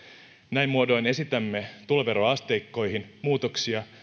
näin muodoin esitämme tuloveroasteikkoihin muutoksia